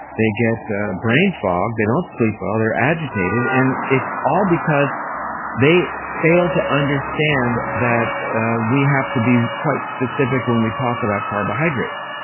they get brain fog, they don't sleep well, they're agitated and it's all because they fail to understand that we have to be quite specific when we talk about carbohydrates.